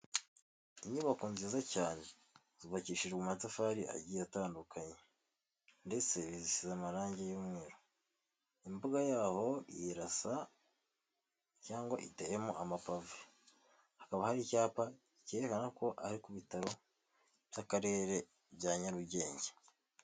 Inyubako nziza cyane yubakishijwe amatafari agiye atandukanye ndetse isize amarange y'umweru, imbuga yabo irasa cyangwa iteyemo amapave, hakaba hari icyapa cyerekana ko ari ku bitaro by'Akarere bya Nyarugenge.